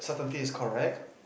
certainty is correct